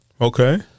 Okay